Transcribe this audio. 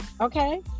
Okay